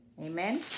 amen